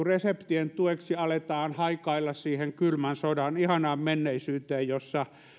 reseptien tueksi aletaan haikailla siihen kylmän sodan ihanaan menneisyyteen jossa